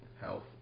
health